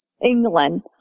England